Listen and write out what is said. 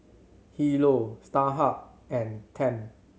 HiLo Starhub and Tempt